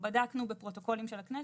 בדקנו בפרוטוקולים של הכנסת,